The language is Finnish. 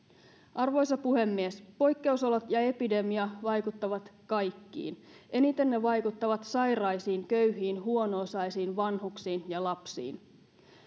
arvoisa puhemies poikkeusolot ja epidemia vaikuttavat kaikkiin eniten ne vaikuttavat sairaisiin köyhiin huono osaisiin vanhuksiin ja lapsiin